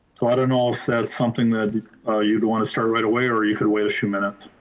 but know if that's something that ah you'd wanna start right away or you could wait a few minutes.